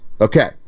Okay